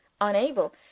unable